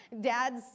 dad's